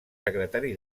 secretari